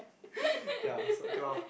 ya so okay lor